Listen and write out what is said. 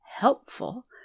helpful